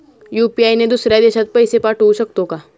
UPI ने दुसऱ्या देशात पैसे पाठवू शकतो का?